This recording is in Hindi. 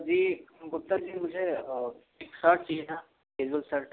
जी गुप्ता जी मुझे एक शर्ट चाहिए था केजुअल शर्ट